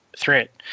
threat